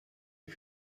ich